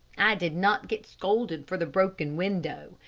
i did not get scolded for the broken window.